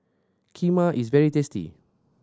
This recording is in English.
kheema is very tasty